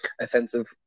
offensive